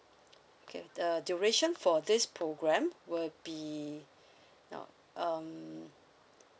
okay the duration for this program would be now um